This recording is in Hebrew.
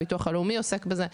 הביטוח הלאומי עוסק בזה,